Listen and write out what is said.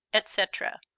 etc.